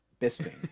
Bisping